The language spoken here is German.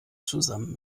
zusammen